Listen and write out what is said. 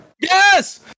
Yes